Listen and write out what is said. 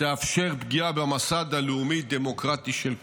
תאפשר פגיעה במוסד הלאומי-דמוקרטי של כולנו.